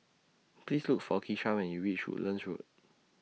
Please Look For Keshia when YOU REACH Woodlands Road